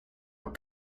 were